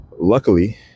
luckily